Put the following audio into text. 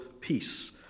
peace